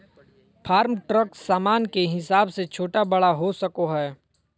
farm truck सामान के हिसाब से छोटा बड़ा हो सको हय